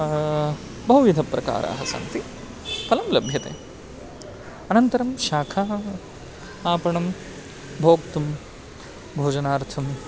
बहुविधप्रकाराः सन्ति फलं लभ्यते अनन्तरं शाखा आपणं भोक्तुं भोजनार्थं